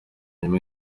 nyuma